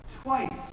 twice